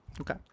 okay